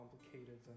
complicated